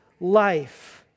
life